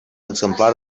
exemplar